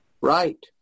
Right